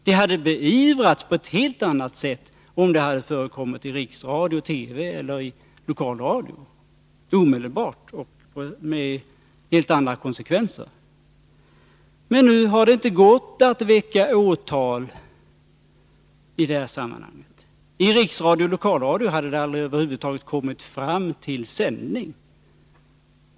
Det hade omedelbart beivrats på ett helt annat sätt om det hade förekommit i riksradion, TV eller lokalradion och med helt andra konsekvenser. Men nu har det inte gått att väcka åtal i detta sammanhang. I riksradion och lokalradion hade det över huvud taget aldrig kommit fram till sändning.